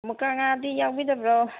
ꯃꯨꯛꯀꯥ ꯉꯥꯗꯤ ꯌꯥꯎꯕꯤꯗꯕ꯭ꯔꯣ